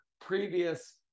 previous